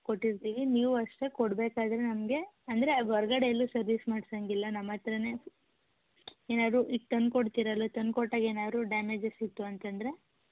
ಕೊಟ್ಟಿರ್ತೀವಿ ನೀವೂ ಅಷ್ಟೇ ಕೊಡಬೇಕಾದ್ರೆ ನಮಗೆ ಅಂದರೆ ಅದು ಹೊರ್ಗಡೆ ಎಲ್ಲೂ ಸರ್ವೀಸ್ ಮಾಡ್ಸೋಂಗಿಲ್ಲ ನಮ್ಮ ಹತ್ತಿರನೇ ಏನಾದರೂ ಈಗ ತಂದು ಕೊಡ್ತೀರಲ್ಲ ತಂದು ಕೊಟ್ಟಾಗ ಏನಾದ್ರು ಡ್ಯಾಮೇಜಸ್ ಇತ್ತು ಅಂತಂದರೆ